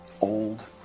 old